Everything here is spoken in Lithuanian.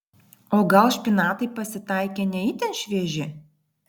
o gal špinatai pasitaikė ne itin švieži